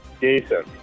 Jason